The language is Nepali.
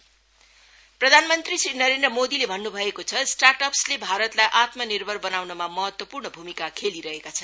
पीएम स्टार्ट अप प्रधानमन्त्रीले श्री नरेन्द्र मोदीले भन्नु भएको छ स्टार्टअपले भारतलाई आत्मनिर्भर बनाउनमा महत्वपूर्ण भूमिका खेलिरहेका छन्